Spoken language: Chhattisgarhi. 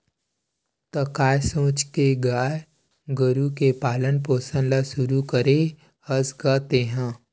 त काय सोच के गाय गरु के पालन पोसन ल शुरू करे हस गा तेंहा?